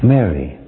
Mary